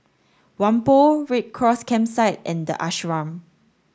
Whampoa Red Cross Campsite and The Ashram